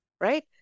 right